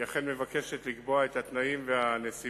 היא אכן מבקשת לקבוע את התנאים והנסיבות